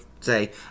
say